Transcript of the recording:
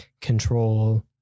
control